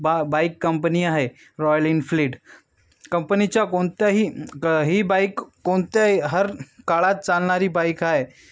बा bike company आहे Royal Enfield कंपनीच्या कोणत्याही क ही बाईक कोणत्याही हर काळात चालणारी बाईक आहे